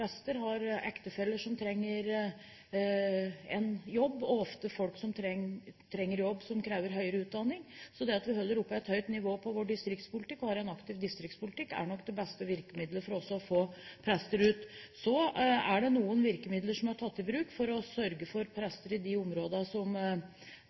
har en ektefelle som trenger en jobb, og det er ofte folk som trenger en jobb som krever høyere utdanning. Så det at vi opprettholder et høyt nivå på vår distriktspolitikk og har en aktiv distriktspolitikk, er nok det beste virkemidlet for også å få prester ut. Så er det noen virkemidler som er tatt i bruk for å sørge for